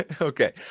Okay